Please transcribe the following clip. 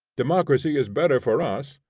democracy is better for us,